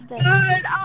good